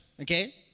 Okay